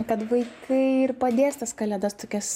kad vaikai ir padės tas kalėdas tokias